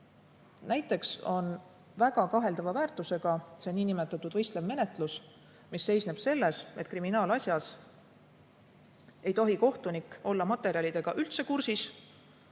Näiteks on väga kaheldava väärtusega see niinimetatud võistlev menetlus, mis seisneb selles, et kriminaalasjas ei tohi kohtunik olla materjalidega üldse kursis.